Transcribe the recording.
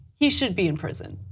he should be in prison.